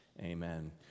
amen